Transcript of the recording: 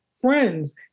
friends